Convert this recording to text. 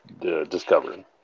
discovered